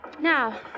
Now